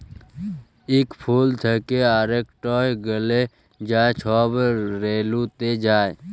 ইক ফুল থ্যাকে আরেকটয় গ্যালে যা ছব রেলুতে যায়